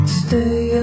stay